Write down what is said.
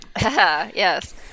Yes